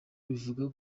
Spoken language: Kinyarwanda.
bivuga